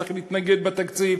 צריך להתנגד בתקציב,